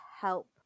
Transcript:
help